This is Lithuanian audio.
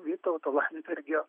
vytauto landsbergio